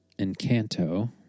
Encanto